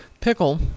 Pickle